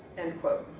end quote.